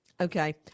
Okay